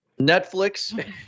Netflix